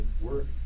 work